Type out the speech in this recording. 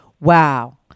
wow